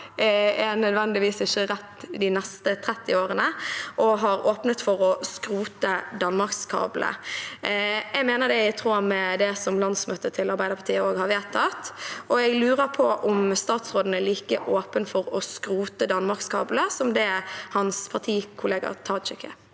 nødvendigvis er rett de neste 30 årene, og har åpnet for å skrote danmarkskablene. Det er også i tråd med det landsmøtet til Arbeiderpartiet har vedtatt, og jeg lurer på om statsråden er like åpen for å skrote danmarkskablene som hans partikollega, Tajik, er.